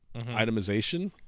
itemization